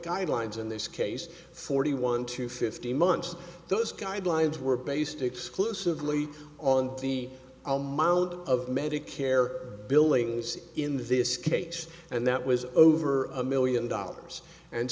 guidelines in this case forty one to fifteen months those guidelines were based exclusively on the amount of medicare billings in this case and that was over a million dollars and